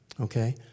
Okay